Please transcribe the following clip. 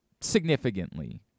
significantly